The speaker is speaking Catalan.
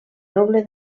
doble